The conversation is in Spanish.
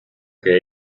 que